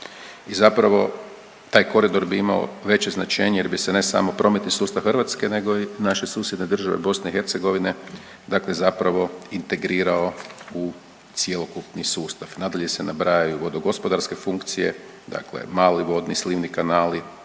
i zapravo taj koridor bi imao veće značenje jer bi se, ne samo prometni sustav Hrvatske nego i naše susjedne države, BiH, dakle zapravo integrirao u cjelokupni sustav. Nadalje se nabrajaju vodo gospodarske funkcije, dakle mali vodni, slivni kanali,